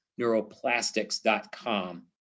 neuroplastics.com